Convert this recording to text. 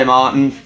Martin